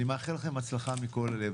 אני מאחל לכם הצלחה מכל הלב.